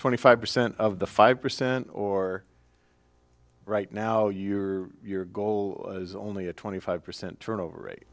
twenty five percent of the five percent or right now you your goal is only a twenty five percent turnover rate